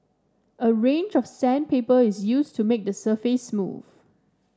a range of sandpaper is used to make the surface smooth